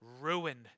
ruined